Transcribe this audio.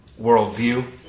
worldview